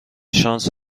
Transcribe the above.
شانس